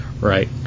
Right